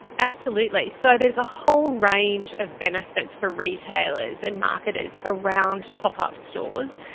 absolutely. so there's a whole range of benefits for retailers and marketers around pop-up stores,